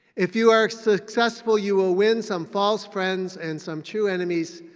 if you are successful, you will win some false friends and some true enemies.